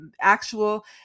actual